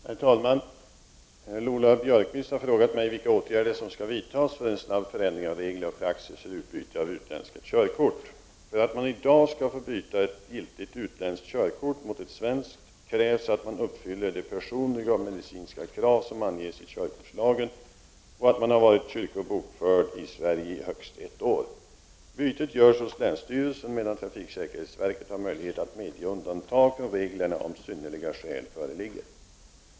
Herr talman! Lola Björkquist har frågat mig vilka åtgärder som skall vidtas för en snabb förändring av regler och praxis för utbyte av utländska körkort. För att man i dag skall få byta ett giltigt utländskt körkort mot ett svenskt krävs att man uppfyller de personliga och medicinska krav som anges i körkortslagen och att man har varit kyrkobokförd i Sverige i högst ett år. Bytet görs hos länsstyrelsen, medan trafiksäkerhetsverket har möjlighet att medge undantag från reglerna om synnerliga skäl föreligger.